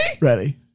Ready